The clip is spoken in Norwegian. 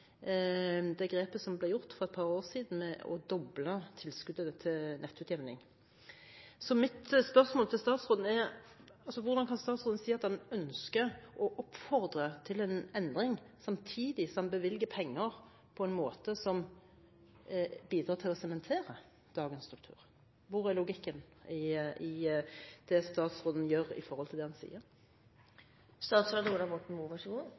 det grepet som ble gjort for et par år siden, med å doble tilskuddet til nettutjevning. Så mitt spørsmål til statsråden er: Hvordan kan statsråden si at han ønsker og oppfordrer til en endring, samtidig som han bevilger penger på en måte som bidrar til å sementere dagens struktur? Hvor er logikken i det statsråden gjør, i forhold til det han